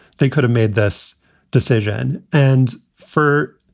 they could have made this decision. and for,